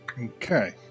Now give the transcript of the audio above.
Okay